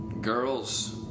girls